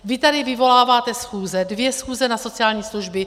Vy tady vyvoláváte schůze, dvě schůze na sociální služby.